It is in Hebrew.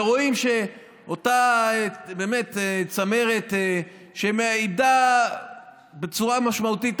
רואים את אותה צמרת שמאיטה בצורה משמעותית את